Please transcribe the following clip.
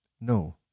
No